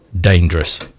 dangerous